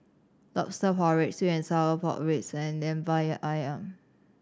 Lobster Porridge sweet and sour pork ribs and Lemper Ayam